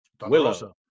Willow